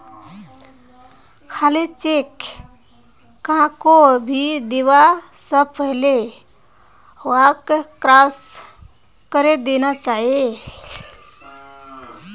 खाली चेक कहाको भी दीबा स पहले वहाक क्रॉस करे देना चाहिए